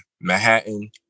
Manhattan